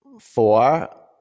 Four